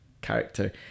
character